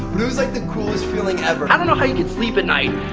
but it was like the coolest feeling ever. i don't know how you could sleep at night.